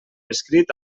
escrit